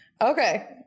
Okay